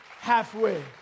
Halfway